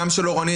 גם של אורנית,